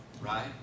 right